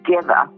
together